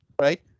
right